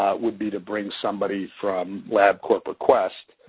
ah would be to bring somebody from lab corp or quest.